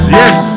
yes